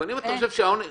אין.